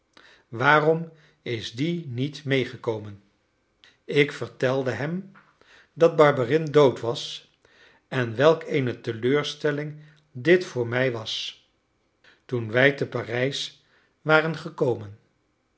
waarom is die niet meegekomen ik vertelde hem dat barberin dood was en welk eene teleurstelling dit voor mij was toen wij te parijs waren gekomen